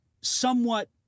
somewhat